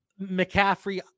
McCaffrey